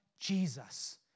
Jesus